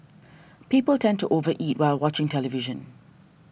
people tend to over eat while watching television